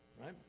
right